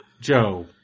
Joe